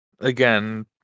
Again